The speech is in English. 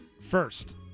First